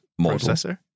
processor